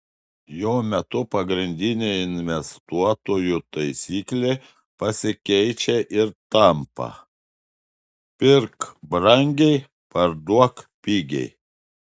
jo metu pagrindinė investuotojų taisyklė pasikeičia ir tampa pirk brangiai parduok pigiai